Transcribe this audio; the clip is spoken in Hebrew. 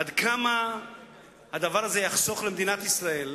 עד כמה הדבר הזה יחסוך למדינת ישראל,